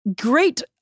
great